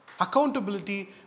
Accountability